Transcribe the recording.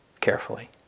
carefully